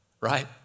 right